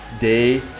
day